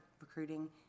recruiting